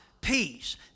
peace